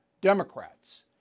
Democrats